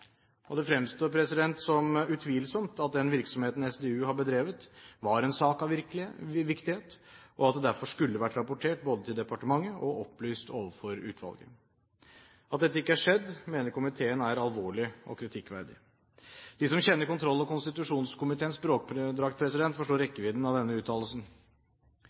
Det fremstår som utvilsomt at den virksomheten SDU har bedrevet, var en sak av viktighet, og at det derfor både skulle vært rapportert til departementet og opplyst overfor utvalget. At dette ikke er skjedd, mener komiteen er «alvorlig og kritikkverdig». De som kjenner kontroll- og konstitusjonskomiteens språkdrakt, forstår rekkevidden av denne uttalelsen.